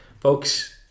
Folks